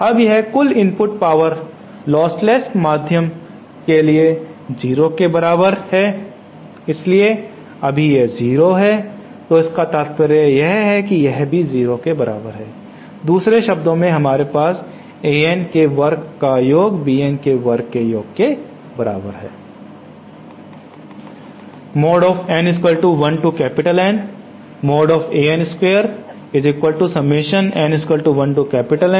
अब यह कुल इनपुट पावर लोस्टलेस माध्यम से लिए 0 के बराबर है इसलिए अभी यह जीरो 0 है तो इसका तात्पर्य यह है कि यह भी 0 के बराबर है दूसरे शब्दों में हमारे पास An के वर्ग का योग Bn के वर्ग के योग के बराबर है